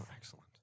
excellent